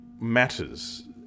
matters